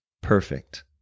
perfect